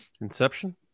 Inception